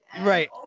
Right